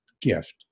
gift